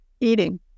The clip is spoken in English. eating